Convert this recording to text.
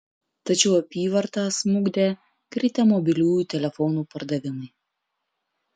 tačiau apyvartą smukdė kritę mobiliųjų telefonų pardavimai